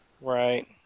Right